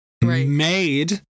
made